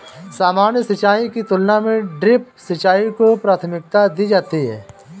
सामान्य सिंचाई की तुलना में ड्रिप सिंचाई को प्राथमिकता दी जाती है